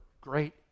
great